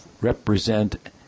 represent